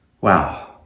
Wow